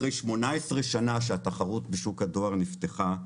אחרי 18 שנים שהתחרות בשוק הדואר נפתחה,